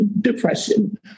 depression